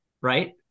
right